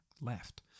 left